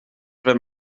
ben